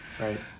right